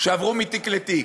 שעברו מתיק לתיק,